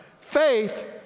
faith